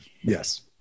Yes